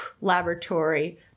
Laboratory